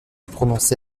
prononcé